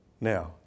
Now